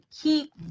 keep